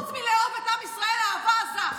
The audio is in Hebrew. חוץ מלאהוב את עם ישראל אהבה עזה.